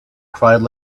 cried